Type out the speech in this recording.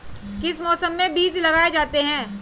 किस मौसम में बीज लगाए जाते हैं?